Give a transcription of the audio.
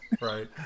Right